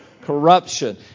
corruption